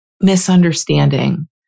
misunderstanding